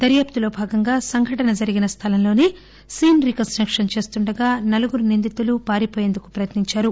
దర్యాప్తులో భాగంగా సంఘటన జరిగిన స్దలంలోనే సీస్ రీ కన్ స్టక్షన్ చేస్తుండగా నలుగురు నిందితులు పారిపోయేందుకు ప్రయత్ని ంచారు